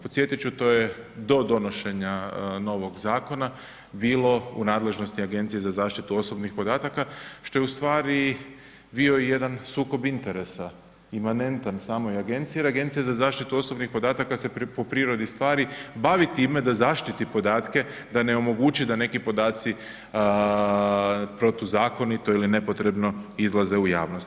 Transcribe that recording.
Podsjetit ću to je do donošenja novog zakona bilo u nadležnosti Agencije za zaštitu osobnih podataka, što je u stvari bio i jedan sukob interesa, imanentan samoj agenciji jer Agencija za zaštitu osobnih podataka se po prirodi stvari bavi time da zaštiti podatke da ne omogući da neki podaci protuzakonito ili nepotrebno izlaze u javnost.